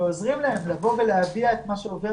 ועוזרים להם לבוא ולהביע את מה שעובר